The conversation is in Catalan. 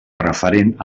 referent